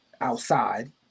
outside